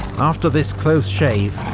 after this close shave,